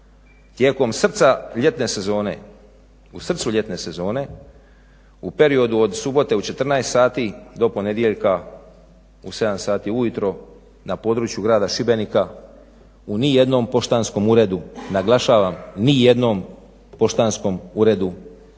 tijekom srca ljetne sezone u srcu ljetne sezone u periodu od subote u 14 sati do ponedjeljka u 7 sati ujutro na području grada Šibenika u nijednom poštanskom uredu, naglašavam nijednom poštanskom uredu